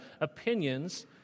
opinions